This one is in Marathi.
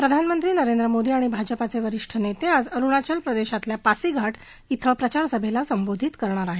प्रधानमंत्री नरेंद्र मोदी आणि भाजपाचे वरीष्ठ नेते आज अरुणाचल प्रदेशामधल्या पासिघाट इथं प्रचारसभेला संबोधीत करणार आहेत